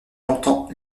longtemps